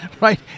right